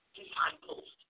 disciples